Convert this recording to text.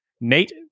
Nate